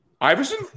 Iverson